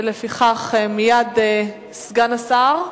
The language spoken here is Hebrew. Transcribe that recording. סגן השר?